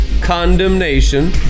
condemnation